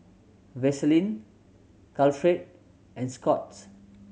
Vaselin Caltrate and Scott's